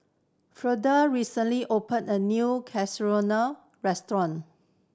recently opened a new Chigenabe Restaurant